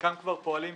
חלקם כבר פועלים,